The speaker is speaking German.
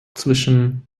zwischen